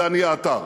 דני עטר.